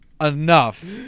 enough